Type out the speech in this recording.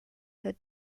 her